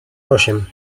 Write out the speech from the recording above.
osiem